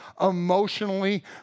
emotionally